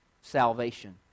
salvation